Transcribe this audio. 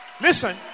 Listen